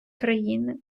країни